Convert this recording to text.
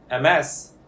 MS